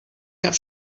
cap